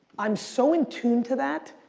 i'm so in-tune to that,